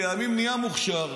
לימים נהיה מוכשר,